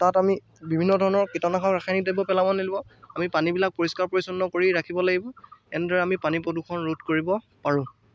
তাত আমি বিভিন্ন ধৰণৰ কীটনাশক ৰাসায়নিক দ্ৰব্য পেলাব নালাগিব আমি পানীবিলাক পৰিষ্কাৰ পৰিচ্ছন্ন কৰি ৰাখিব লাগিব এনেদৰে আমি পানী প্ৰদূষণ ৰোধ কৰিব পাৰোঁ